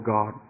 God